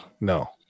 no